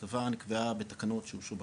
ההטבה נקבעה בתקנות שנקבעו בכנסת,